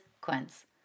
Quince